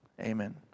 amen